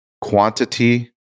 Quantity